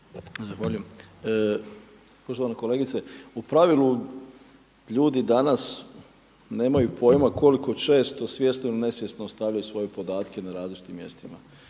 Zahvaljujem. Poštovana kolegice, u pravilu ljudi danas nemaju pojma koliko često svjesno ili nesvjesno ostavljaju svoje podatke na različitim mjestima